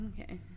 Okay